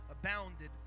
abounded